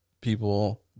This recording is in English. people